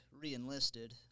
re-enlisted